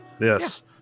Yes